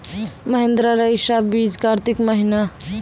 महिंद्रा रईसा बीज कार्तिक महीना?